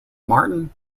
martin